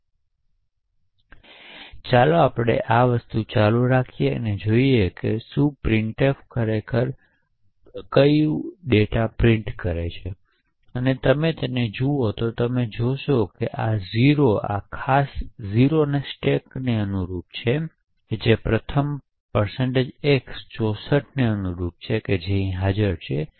તેથી ચાલો આપણે ચાલુ રાખીએ અને જોઈએ કેશું પ્રિંટફ ખરેખર શું પ્રિન્ટ કરે છે અને તમે તેને જુઓ અને તમે જે જુઓ છો તે છે કે આ 0 આ ખાસ 0 ને સ્ટેક પર અનુરૂપ છે જે આ પ્રથમ x 64 ને અનુરૂપ છે જે અહીં હાજર છે